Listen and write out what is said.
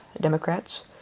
Democrats